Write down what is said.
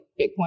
Bitcoin